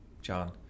John